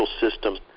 system